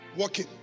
working